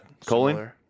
choline